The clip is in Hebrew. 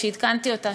כאשר עדכנתי אותה,